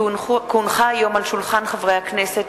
כי הונחו היום על שולחן הכנסת,